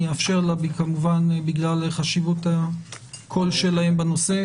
כמובן אאפשר לה בגלל חשיבות הקול שלהם בנושא.